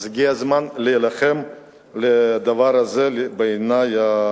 אז הגיע הזמן להילחם בדבר הזה, זה חשוב בעיני.